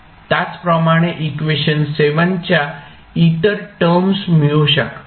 त्याचप्रमाणे इक्वेशन च्या इतर टर्मस् मिळू शकतात